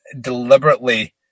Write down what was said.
deliberately